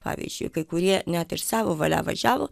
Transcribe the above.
pavyzdžiui kai kurie net ir savo valia važiavo